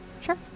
Sure